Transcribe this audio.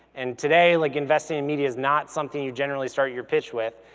and today, like investing in media is not something you generally start you pitch with.